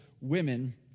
women